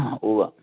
ആ ഉവ്വ്